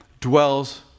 dwells